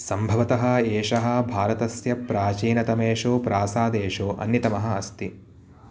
सम्भवतः एषः भारतस्य प्राचीनतमेषु प्रासादेषु अन्यतमः अस्ति